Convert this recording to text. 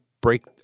break